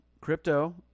crypto